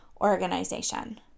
organization